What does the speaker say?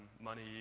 money